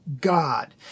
God